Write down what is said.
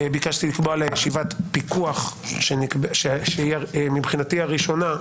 ביקשתי לקבוע עליה ישיבת פיקוח שהיא מבחינתי הראשונה.